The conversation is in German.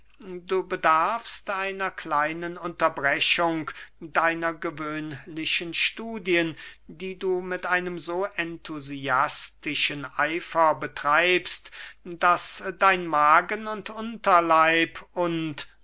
du bedarfst einer kleinen unterbrechung deiner gewöhnlichen studien die du mit einem so enthusiastischen eifer betreibst daß dein magen und unterleib und